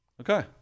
okay